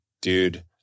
dude